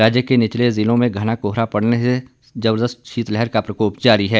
राज्य के निचले जिलों में घना कोहरा पड़ने से जबरदस्त शीतलहर का प्रकोप जारी है